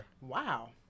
Wow